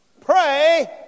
pray